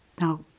Now